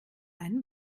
einen